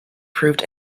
proved